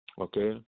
Okay